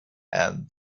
and